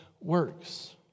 works